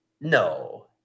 No